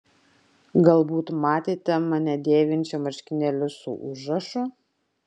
galbūt matėte mane dėvinčią marškinėlius su užrašu